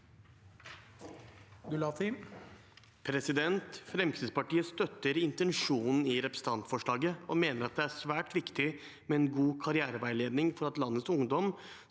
Fremskrittspar- tiet støtter intensjonen i representantforslaget og mener det er svært viktig med en god karriereveiledning for at landets ungdom